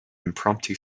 impromptu